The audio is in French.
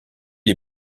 est